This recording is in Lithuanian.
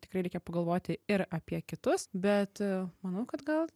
tikrai reikia pagalvoti ir apie kitus bet manau kad gal